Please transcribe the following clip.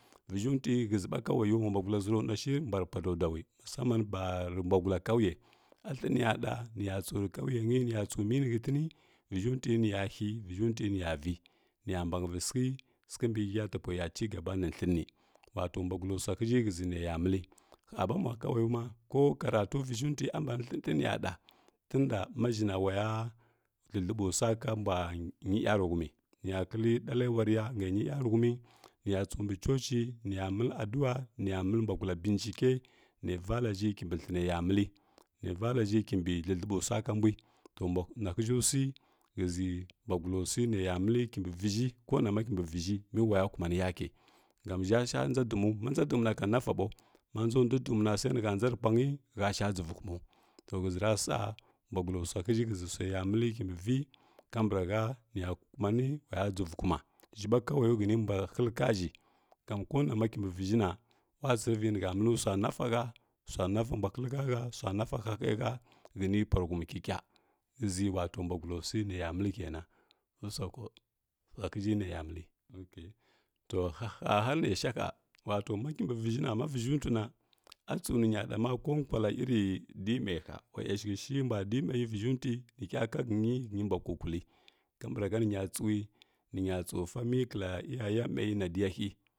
Viʒhəuntui ghəʒiiɓa kawau ulabulagula ʒranɗashi mbua re pa dadowi musaman bari bʊagula kauye a ləniya ɗa niya tsu rikauyenə niya tsu mini shətini viʒhəunt ui niya he veʒhəurtui niya vi niya bahəvi sighəi sighəi mbimbi hiya tipwaya chigaba ni thəni wato buasula suahiʒhə shəʒi naya məli həɓa mba kaluaniu ma ko karatu vi ʒhəu ntui a mbani lətinya ɗa tunda maʒhəna ulaga məli lələɓusua ka mbua nyi yarahumi niya kilə ɗalewarya nga nyi yaruhumi niya tsubi chuchi niya məli addua niya məli mbasula bincike nə vala ʒhə kimbi thəneya məli nə vala ʒhə kimbi lə ləɓusua kambui to nahəʒhə sui shəʒi bagulasui naya mbli kimbi viʒhi konama kimbi viʒhə me waya kumani yake gam ʒhə sha nʒa dumu ma nʒa dumu na ki nasa buu ma nʒandui dumuna sai nihə nʒa re punyi hə sha givə kumua to shəʒi rasa bulasula suahiʒhə nəya məli kimbi vi kambrahə niya kumani ulaya givəikuma ʒhə ɓa kawaiu həni mbwa helkaʒhə tam kanama kimbiviʒhəna ula tsirivi nihə məli sua nasa hə sua nɗa mbuwa hilhəa hə sua nasa hahʒhə shəni paritumi kikə shəʒi wato bugula sui naya məli kenan usako suatiʒhə naya məli to həhə har nesha hə mato makimbi viʒhəna maviʒhə untuina a tsuninya ɗa ma ko kalaa viʒhəuntui nuhəa kahalnyi həniyi bua kululə kambrahə niya tsui ninya tsu sami kala iyaye məi na diya həi.